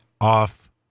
off